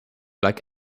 like